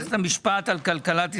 במערכת המשפט על כלכלת ישראל,